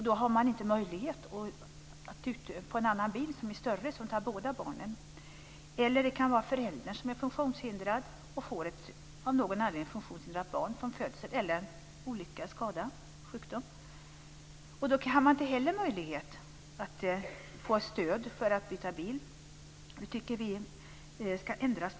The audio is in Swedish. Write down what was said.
Då har man inte möjlighet att få en annan bil som är större och som tar båda barnen. Eller det kan hända att föräldrar som är funktionshindrade av någon anledning får ett från födelsen funktionshindrat barn eller ett barn som blir det genom en olycka, skada eller sjukdom. Då har man inte heller möjlighet att få stöd för att byta bil. Det tycker vi ska ändras.